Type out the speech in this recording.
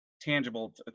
tangible